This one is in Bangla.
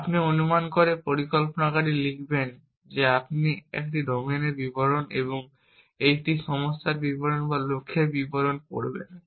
আপনি অনুমান করে পরিকল্পনাকারী লিখবেন যে আপনি একটি ডোমেনের বিবরণ এবং একটি সমস্যার বিবরণ বা লক্ষ্যের বিবরণ পড়বেন